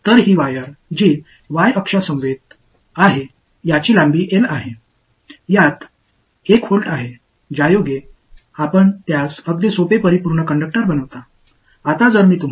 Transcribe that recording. எனவே y அச்சில் கிடந்த இந்த கம்பிக்கு சிறிது நீளம் L உள்ளது அதில் 1 வோல்ட் உள்ளது அதை நீங்கள் இன்னும் எளிமையான கடத்தியாக ஆக்குகிறீர்கள்